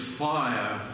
fire